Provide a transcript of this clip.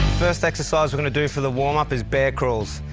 first exercise we're going to do for the warm-up is bear crawls.